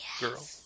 girl